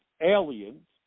aliens